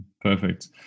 Perfect